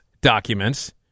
documents